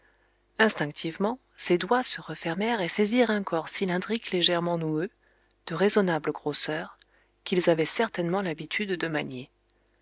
instinctivement ses doigts se refermèrent et saisirent un corps cylindrique légèrement noueux de raisonnable grosseur qu'ils avaient certainement l'habitude de manier